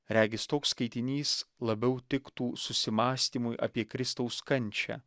regis toks skaitinys labiau tiktų susimąstymui apie kristaus kančią